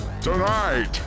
Tonight